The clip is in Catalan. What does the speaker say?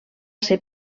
ser